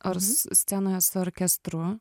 ars scenoje su orkestru